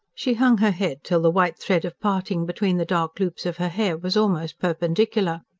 she hung her head, till the white thread of parting between the dark loops of her hair was almost perpendicular.